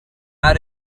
how